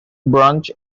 branch